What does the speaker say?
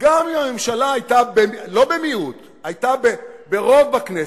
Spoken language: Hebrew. גם אם הממשלה היתה, לא במיעוט, היתה ברוב בכנסת,